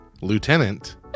Lieutenant